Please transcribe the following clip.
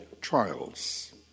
trials